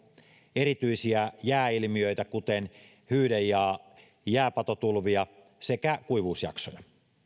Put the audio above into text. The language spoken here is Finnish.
erityisiä jääilmiöitä kuten hyyde ja jääpatotulvia sekä kuivuusjaksoja